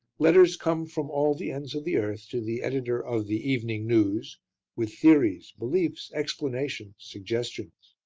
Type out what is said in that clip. letters come from all the ends of the earth to the editor of the evening news with theories, beliefs, explanations, suggestions.